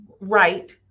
right